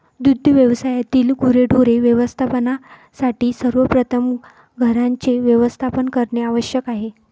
दुग्ध व्यवसायातील गुरेढोरे व्यवस्थापनासाठी सर्वप्रथम घरांचे व्यवस्थापन करणे आवश्यक आहे